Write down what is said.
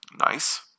Nice